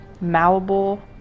Malleable